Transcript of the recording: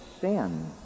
sin